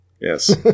Yes